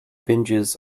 binges